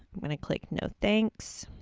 i'm gonna click, no thanks,